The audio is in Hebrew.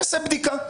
שיעשה בדיקה.